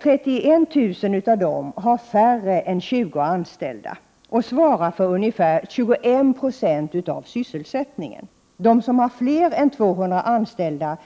31 000 av dem har färre än 20 anställda och svarar för 21 96 av sysselsättningen. Knappt 400 företag har fler än 200 anställda.